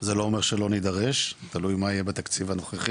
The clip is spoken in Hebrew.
זה לא אומר שלא נדרש, תלוי מה יהיה בתקציב הנוכחי,